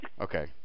Okay